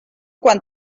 quan